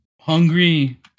hungry